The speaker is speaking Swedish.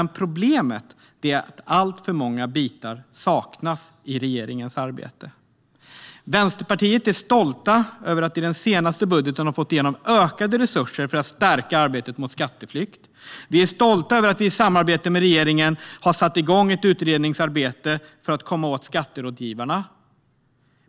Problemet är att alltför många bitar saknas i regeringens arbete. Vänsterpartiet är stolt över att i den senaste budgeten ha fått igenom ökade resurser för att stärka arbetet mot skatteflykt, och vi är stolta över att vi i samarbete med regeringen har satt igång ett utredningsarbete för att komma åt skatterådgivarna.